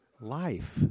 life